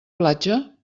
platja